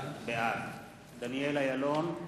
בעד דניאל אילון,